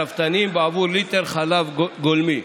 הרפתנים, בעבור ליטר חלב גולמי.